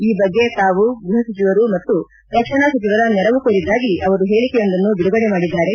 ಈ ಬಗ್ಗೆ ತಾವು ಗೃಹ ಸಚಿವರು ಮತ್ತು ರಕ್ಷಣಾ ಸಚಿವರ ನೆರವು ಕೋರಿದ್ದಾಗಿ ಅವರು ಹೇಳಿಕೆಯೊಂದನ್ನು ಬಿಡುಗಡೆ ಮಾಡಿದ್ದಾರೆ